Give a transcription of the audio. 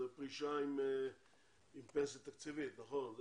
זו פרישת פנסיה תקציבית, נכון.